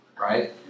right